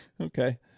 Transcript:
Okay